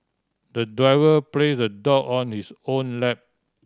the driver place the dog on his own lap